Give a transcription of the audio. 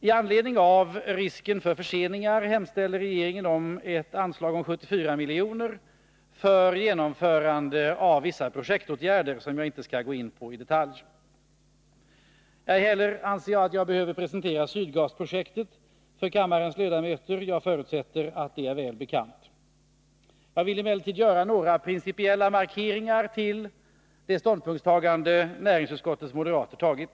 Med anledning av risken för förseningar hemställer regeringen om ett anslag på 74 milj.kr. för genomförande av vissa projektåtgärder, som jag inte skall gå in på i detalj. Ej heller anser jag att jag behöver presentera Sydgasprojektet för kammarens ledamöter. Jag förutsätter att det är väl bekant. Jag vill emellertid göra några principiella markeringar till den ståndpunkt näringsutskottets moderater har tagit.